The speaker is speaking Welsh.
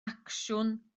acsiwn